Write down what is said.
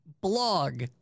blog